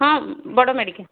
ହଁ ବଡ଼ ମେଡ଼ିକାଲ୍